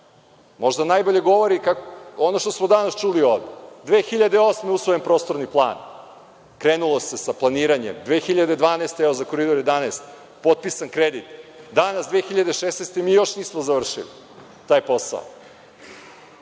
možda najbolje govori ono što smo danas čuli ovde. Godine 2008. je usvojen prostorni plan, krenulo se sa planiranjem, 2012. godine za Koridor 11 je potpisan kredit. Danas 2016. godine još nismo završili taj posao.